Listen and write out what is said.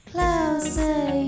Closer